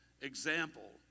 example